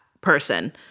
person